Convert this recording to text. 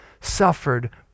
suffered